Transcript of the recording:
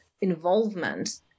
involvement